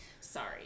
Sorry